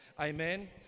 Amen